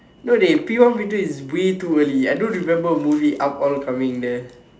no dey P one P two is way too early I don't remember the movie up all coming there